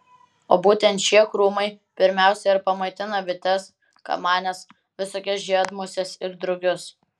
o būtent šie krūmai pirmiausia ir pamaitina bites kamanes visokias žiedmuses ir drugius